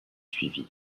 suivi